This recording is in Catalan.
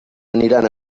aniran